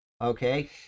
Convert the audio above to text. okay